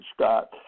Scott